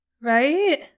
right